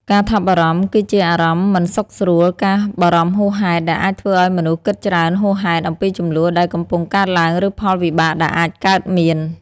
ការថប់បារម្ភ គឺជាអារម្មណ៍មិនសុខស្រួល ការបារម្ភហួសហេតុ ដែលអាចធ្វើឲ្យមនុស្សគិតច្រើនហួសហេតុអំពីជម្លោះដែលកំពុងកើតឡើង ឬផលវិបាកដែលអាចកើតមាន។